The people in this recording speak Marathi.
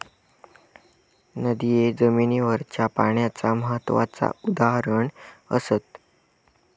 नदिये जमिनीवरच्या पाण्याचा महत्त्वाचा उदाहरण असत